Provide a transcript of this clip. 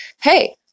hey